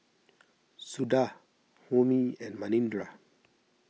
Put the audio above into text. Suda Homi and Manindra